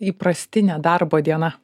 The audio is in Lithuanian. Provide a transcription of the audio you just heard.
įprastinė darbo diena